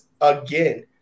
again